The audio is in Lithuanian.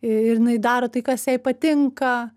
ir jinai daro tai kas jai patinka